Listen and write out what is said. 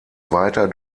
weiter